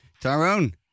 tyrone